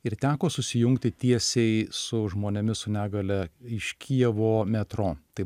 ir teko susijungti tiesiai su žmonėmis su negalia iš kijevo metro tai